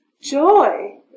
Joy